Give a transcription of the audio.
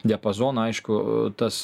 diapazoną aišku tas